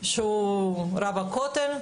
שהוא רב הכותל.